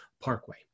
Parkway